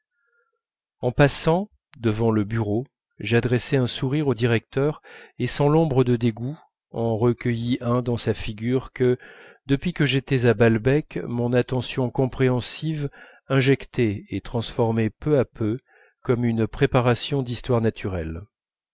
en passant devant le bureau j'adressai un sourire au directeur et sans l'ombre de dégoût en recueillis un dans sa figure que depuis que j'étais à balbec mon attention compréhensive injectait et transformait peu à peu comme une préparation d'histoire naturelle